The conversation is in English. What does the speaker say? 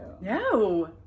No